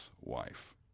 wife